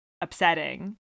upsetting